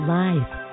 life